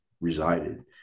resided